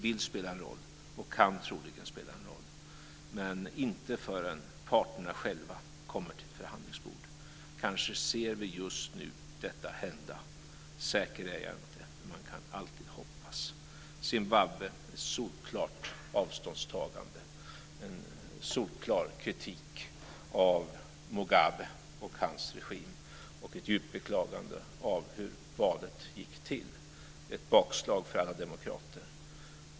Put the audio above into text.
Vi vill, och kan troligen, spela en roll, men inte förrän parterna själva kommer till ett förhandlingsbord. Kanske ser vi just nu detta hända. Säker är jag inte, men man kan alltid hoppas. Det är ett solklart avståndstagande i frågan om Zimbabwe och en solklar kritik av Mugabe och hans regim och ett djupt beklagande av hur valet gick till. Det är ett bakslag för alla demokrater.